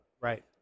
Right